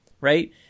right